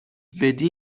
بدی